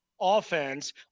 Offense